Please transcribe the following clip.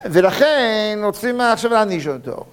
ולכן רוצים עכשיו להעניש אותו.